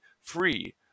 free